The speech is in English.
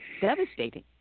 devastating